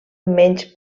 menys